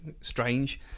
strange